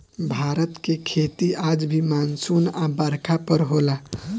भारत के खेती आज भी मानसून आ बरखा पर होला